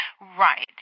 Right